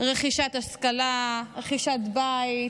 רכישת השכלה, רכישת בית.